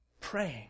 praying